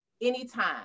anytime